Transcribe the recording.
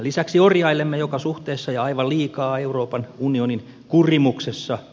lisäksi orjailemme joka suhteessa ja aivan liikaa euroopan unionin kurimuksessa